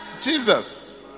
Jesus